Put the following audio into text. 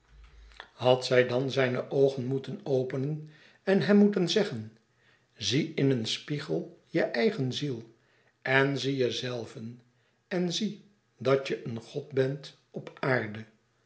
had zij dan zijne oogen moeten openen en hem moeten zeggen zie in een spiegel je eigen ziel en zie jezelven en zie dat je een god bent op aarde